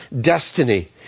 destiny